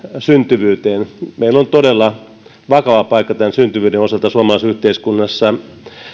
syntyvyyteen meillä on todella vakava paikka tämän syntyvyyden osalta suomalaisessa yhteiskunnassa